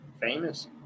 famous